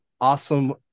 awesome